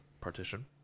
partition